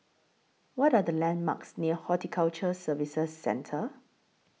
What Are The landmarks near Horticulture Services Centre